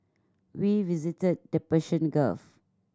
we visited the Persian Gulf